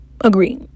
agree